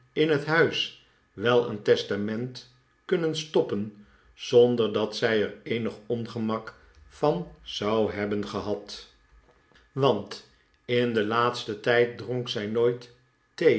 in het huis wel een testament kunnen stoppen zonder dat zij er eenig ongemak van zou hebben gehad want in den laatsten tijd dronk zij nooit